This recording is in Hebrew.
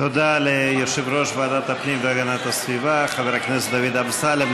תודה ליושב-ראש ועדת הפנים והגנת הסביבה חבר הכנסת דוד אמסלם.